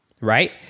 Right